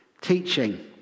teaching